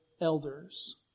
elders